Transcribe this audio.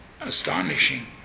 astonishing